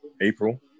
April